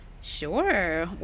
Sure